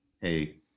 Hey